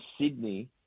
Sydney